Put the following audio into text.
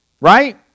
Right